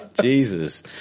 Jesus